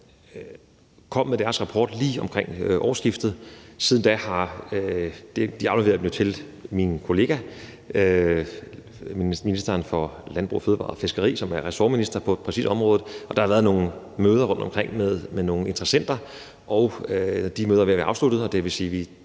kom med deres rapport lige omkring årsskiftet. De afleverede den jo til min kollega, ministeren for landbrug, fødevarer og fiskeri, som er ressortminister der, og der har været nogle møder rundtomkring med nogle interessenter. De møder er ved at være afsluttet, og det vil sige, at vi